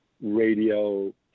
radio